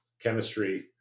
chemistry